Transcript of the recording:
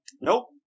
Nope